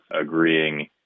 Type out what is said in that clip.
agreeing